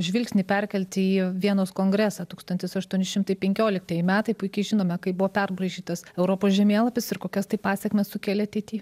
žvilgsnį perkelti į vienos kongresą tūkstantis aštuoni šimtai penkioliktieji metai puikiai žinome kai buvo perbraižytas europos žemėlapis ir kokias tai pasekmes sukėlė ateity